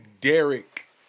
Derek